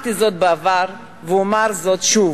אמרתי זאת בעבר ואומר זאת שוב: